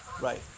right